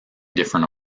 different